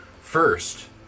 First